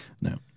No